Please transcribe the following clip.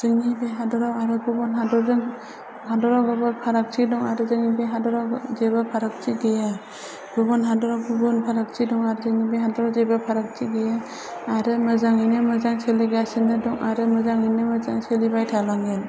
जोंनि बे हादोराव आरो गुबुन हादरजों हादराव गोबां फारागथि दं आरो जोंनि बे हादराव जेबो फारागथि गैया गुबुन हादोराव गुबुन फारागथि दं आरो जोंनि बे हादोराव जेबो फारागथि गैया आरो मोजाङैनो मोजां सोलिगासिनो दं आरो मोजाङैनो मोजां सोलिबाय थालांगोन